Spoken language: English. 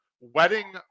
Wedding